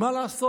מה לעשות,